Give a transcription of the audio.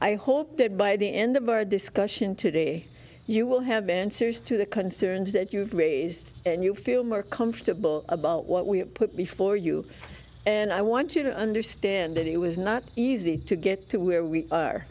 i hope that by the end of our discussion today you will have been serious to the concerns that you have raised and you feel more comfortable about what we have put before you and i want you to understand that it was not easy to get to where we are